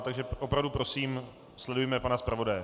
Takže opravdu prosím, sledujme pana zpravodaje.